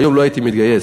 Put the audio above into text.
היום לא הייתי מתגייס,